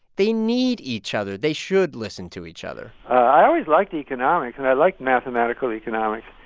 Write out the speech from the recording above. they need each other. they should listen to each other i always liked economics. and i liked mathematical economics.